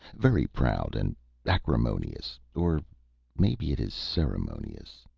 very proud and acrimonious or maybe it is ceremonious.